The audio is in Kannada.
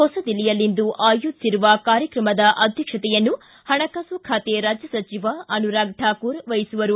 ಹೊಸದಿಲ್ಲಿಯಲ್ಲಿಂದು ಆಯೋಜಿಸಿರುವ ಕಾರ್ಯಕ್ರಮದ ಅಧ್ಯಕ್ಷತೆಯನ್ನು ಪಣಕಾಸು ಖಾತೆ ರಾಜ್ಯ ಸಚಿವ ಅನುರಾಗ್ ಠಾಕೂರ್ ವಹಿಸುವರು